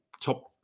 top